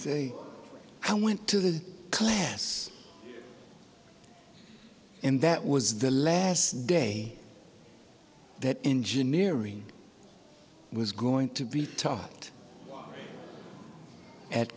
say i went to the class and that was the last day that engineering was going to be taught at